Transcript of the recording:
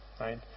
Right